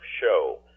show